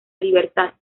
libertad